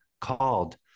called